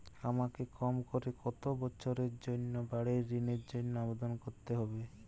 আমাকে কম করে কতো বছরের জন্য বাড়ীর ঋণের জন্য আবেদন করতে হবে?